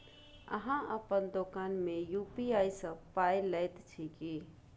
अहाँ अपन दोकान मे यू.पी.आई सँ पाय लैत छी की?